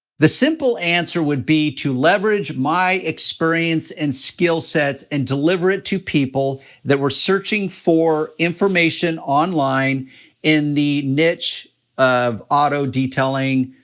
the simple answer would be to leverage my experience and skill sets and deliver it to people that were searching for information online in the niche of auto detailing,